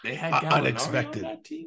unexpected